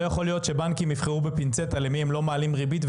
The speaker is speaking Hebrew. לא יכול להיות שבנקים יבחרו בפינצטה למי הם לא מעלים ריבית,